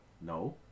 No